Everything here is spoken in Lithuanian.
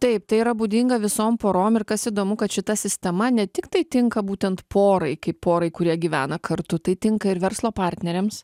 taip tai yra būdinga visom porom ir kas įdomu kad šita sistema ne tiktai tinka būtent porai kaip porai kurie gyvena kartu tai tinka ir verslo partneriams